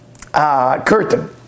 curtain